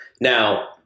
Now